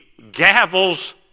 gavels